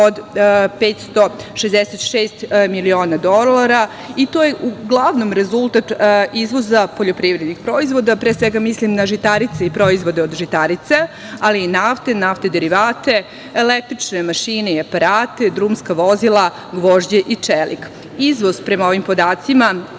566 miliona dolara i to je uglavnom rezultat izvoza poljoprivrednih proizvoda. Pre svega mislim na žitarice i proizvode od žitarica, ali i nafte, naftne derivate, električne mašine i aparate, drumska vozila, gvožđe i čelik. Izvoz prema ovim podacima